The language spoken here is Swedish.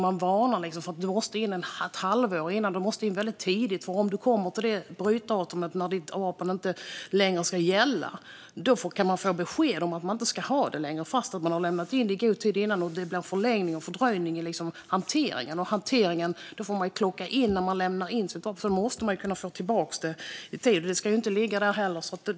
Man varnar för att man måste lämna in vapnet ett halvår i förväg, för om brytdatumet passeras och licensen upphör att gälla kan man få besked om att man inte får ha vapnet längre trots att man lämnat in det i god tid innan. Det blir fördröjning i hanteringen. Man måste få tillbaka sitt vapen i tid. Det ska ju inte bli liggande hos polisen.